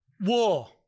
War